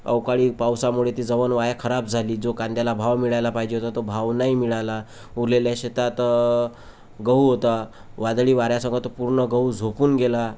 अवकाळी पावसामुळे ती जवन वाया खराब झाली जो कांद्याला भाव मिळायला पाहिजे होता तो भाव नाही मिळाला उरलेल्या शेतात गहू होता वादळी वाऱ्यासोबत तो पूर्ण गहू झोकून गेला